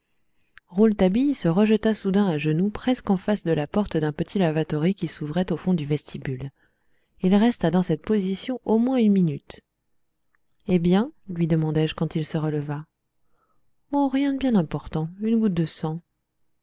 rouletabille se rejetait soudain à genoux presque en face de la porte d'un petit lavatory qui s'ouvrait au fond du vestibule il resta dans cette position au moins une minute eh bien lui demandai-je quand il se releva oh rien de bien important une goutte de sang